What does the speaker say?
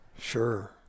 Sure